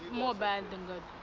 more bad than good.